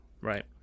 right